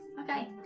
okay